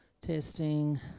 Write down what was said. testing